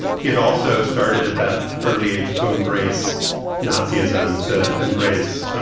he had also started at that early age to embrace naziism, to embrace,